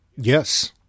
Yes